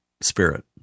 spirit